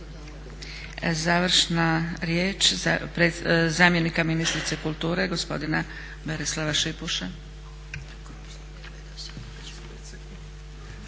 Završna riječ zamjenika ministrice kulture, gospodina Berislava Šipuša.